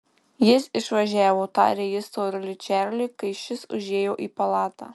jis išvažiavo tarė ji storuliui čarliui kai šis užėjo į palatą